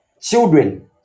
children